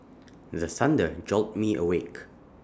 the thunder jolt me awake